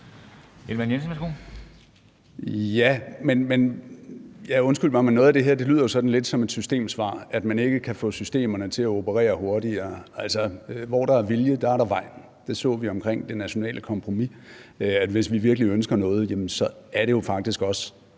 Ja, undskyld mig, men noget af det her lyder lidt som et systemsvar: at man ikke kan få systemerne til at operere hurtigere. Altså, hvor der er vilje, er der vej. Vi så det omkring det nationale kompromis – at hvis vi virkelig ønsker noget, jamen så er det jo faktisk os